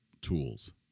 tools